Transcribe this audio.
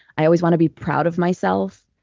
i always want to be proud of myself.